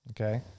Okay